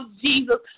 Jesus